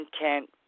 intent